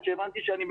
ונוסחה,